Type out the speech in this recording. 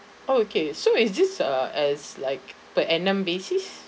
oh okay so is this err as like per annum basis